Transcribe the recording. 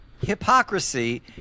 hypocrisy